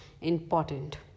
important